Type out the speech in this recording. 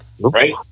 Right